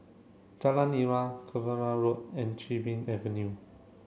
Jalan Nira Cavenagh Road and Chin Bee Avenue